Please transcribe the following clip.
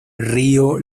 río